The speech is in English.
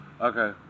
Okay